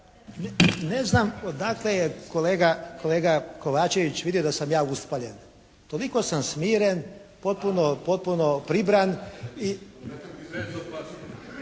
Ne znam odakle je kolega Kovačević vidio da sam ja uspaljen. Toliko sam smiren, potpuno pribran